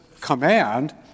command